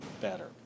better